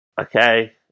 Okay